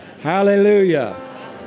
Hallelujah